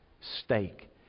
stake